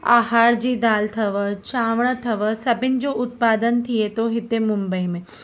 अरहर जी दाल अथव चांवर अथव सभिनि जो उत्पादन थिए थो हिते मुंबई में